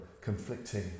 conflicting